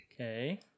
Okay